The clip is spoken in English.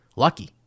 lucky